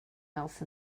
else